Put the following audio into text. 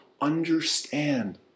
understand